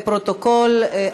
לפרוטוקול,